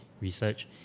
research